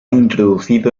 introducido